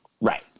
Right